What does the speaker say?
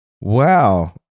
Wow